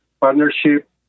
partnership